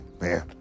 man